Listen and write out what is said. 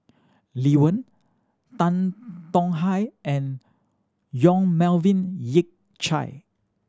Lee Wen Tan Tong Hye and Yong Melvin Yik Chye